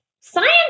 science